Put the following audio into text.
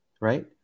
right